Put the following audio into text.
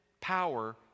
power